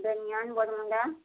banian Baramunda